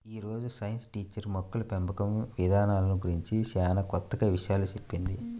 యీ రోజు science teacher మొక్కల పెంపకం ఇదానాల గురించి చానా కొత్త విషయాలు చెప్పింది